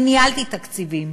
אני ניהלתי תקציבים